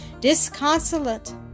disconsolate